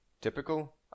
typical